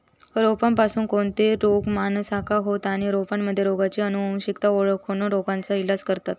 रोपांपासून कोणते रोग माणसाका होतं आणि रोपांमध्ये रोगाची अनुवंशिकता ओळखोन रोगाचा इलाज करतत